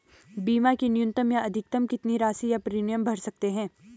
बीमा की न्यूनतम या अधिकतम कितनी राशि या प्रीमियम भर सकते हैं?